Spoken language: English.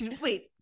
wait